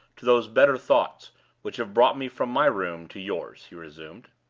to those better thoughts which have brought me from my room to yours, he resumed.